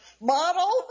model